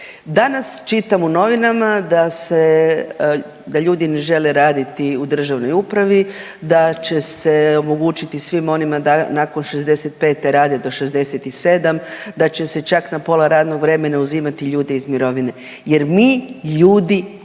Danas čitam u novinama da se, da ljudi ne žele raditi u državnoj upravi da će se omogućiti svima onima da nakon 65 rade do 67, da će se čak na pola radnog vremena uzimati ljude iz mirovine jer mi ljudi